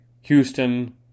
Houston